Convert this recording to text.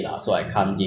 orh